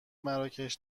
مراکش